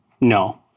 no